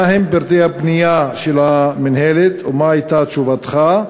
מה הם פרטי הפנייה של המינהלת ומה הייתה תשובתך?